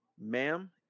ma'am